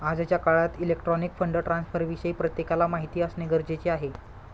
आजच्या काळात electronic fund ट्रान्स्फरविषयी प्रत्येकाला माहिती असणे गरजेचे आहे